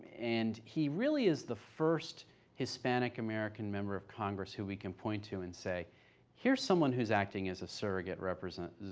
and he really is the first hispanic american member of congress who we can point to and say here's someone who's acting a surrogate representative.